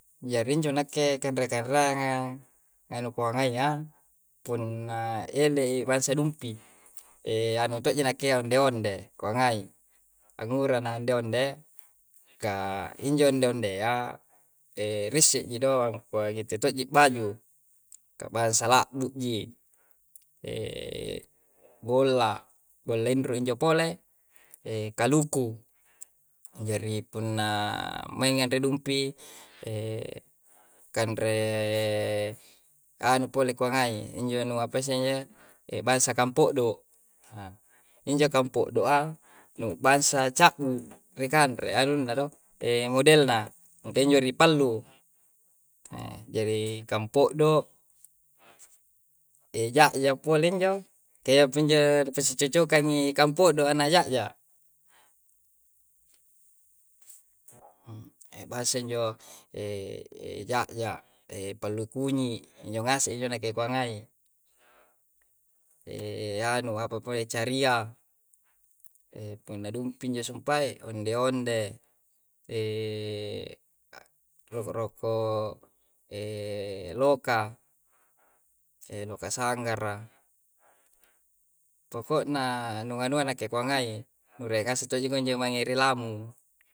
Jari injo nake kanre karan'gan, nganu koangaiya punna elle'i fasedumpi anu to'ji nakea na onde-onde ko angai. Angura na onde-onde, ka injo onde-onde'ya risse ji doang koalite to'ji baju kabalansalla'bu ji bolla bolendru injo pole kaluku. Jari punna mangadre rumpi kandre anu pole kuangane injo apesenje bassa kampo'do, injo kampodo'a no bansa cabbu rekandre anu'na do model'na injo ni pallu. Jari kampo'do ja'ya pole injo tea puinjo repasicocokang'i kampo'do anaya'ya. base injo ja'ya pallu kunyi injo ngaseng injo puangae anu apa poeng, cariang puna dum'ping injo sumpae, onde-onde a ro'ko-ro'ko loka. Loka sanggara, poko'na nu anua nake punganayi nu rea'se to'je ngoje mangrilamu.